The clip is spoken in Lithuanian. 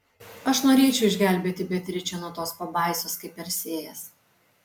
aš norėčiau išgelbėti beatričę nuo tos pabaisos kaip persėjas